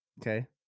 Okay